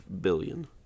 billion